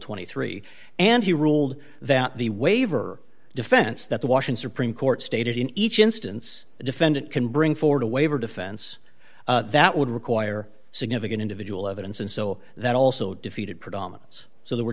twenty three dollars and he ruled that the waiver defense that the washing supreme court stated in each instance the defendant can bring forward a waiver defense that would require significant individual evidence and so that also defeated predominance so there were